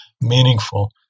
meaningful